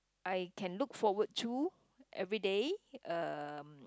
I can look forward to everyday uh